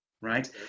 right